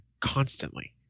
constantly